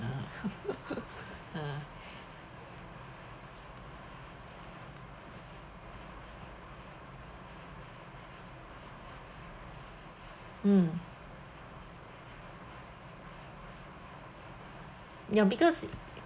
ah ah mm ya because